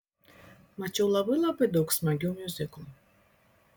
mačiau labai labai daug smagių miuziklų